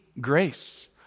grace